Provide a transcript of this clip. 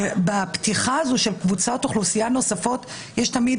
בפתיחה של קבוצות אוכלוסייה נוספות יש תמיד